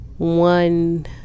One